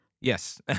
Yes